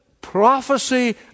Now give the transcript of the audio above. prophecy